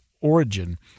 Origin